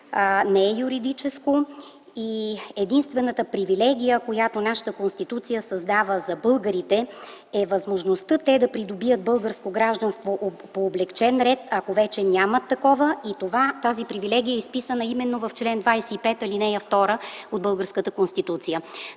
не е юридическо. Единствената привилегия, която нашата Конституция създава за българите, е възможността те да придобият българско гражданство по облекчен ред, ако нямат такова. Тази привилегия е изписана в чл. 25, ал. 2 от българската Конституция.